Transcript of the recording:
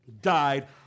died